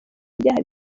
ibyaha